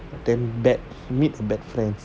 and then bad meet bad friends